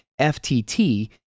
FTT